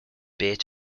bait